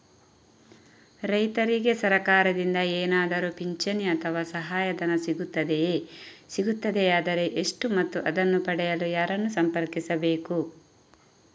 ರೈತರಿಗೆ ಸರಕಾರದಿಂದ ಏನಾದರೂ ಪಿಂಚಣಿ ಅಥವಾ ಸಹಾಯಧನ ಸಿಗುತ್ತದೆಯೇ, ಸಿಗುತ್ತದೆಯಾದರೆ ಎಷ್ಟು ಮತ್ತು ಅದನ್ನು ಪಡೆಯಲು ಯಾರನ್ನು ಸಂಪರ್ಕಿಸಬೇಕು?